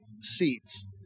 seats